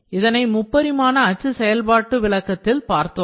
இதனை முப்பரிமான அச்சு செயல்பாட்டு விளக்கத்தில் பார்த்தோம்